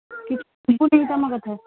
କିଛି ଶୁଭୁନି ତୁମ କଥା